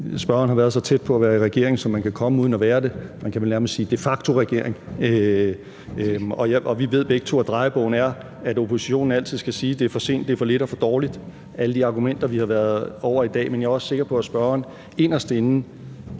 i opposition, spørgeren har været så tæt på at være i regering, som man kan komme uden at være det – man kan vel nærmest sige en de facto regering – og vi ved begge to, at drejebogen siger, at oppositionen altid skal sige, at det er for sent, det er for lidt, det er for dårligt, alle de argumenter, vi har været over i dag. Men jeg er også sikker på, at spørgeren inderst inde